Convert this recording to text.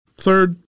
Third